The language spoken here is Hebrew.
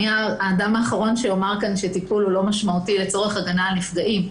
אני האדם האחרון שאומר שטיפול הוא לא משמעותי לצורך הגנה על נפגעים,